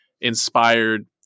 inspired